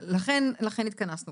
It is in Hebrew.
לכן התכנסנו.